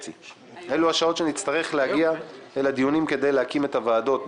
אבל אני כמובן אצטרך להגיע לישיבות הראשונות.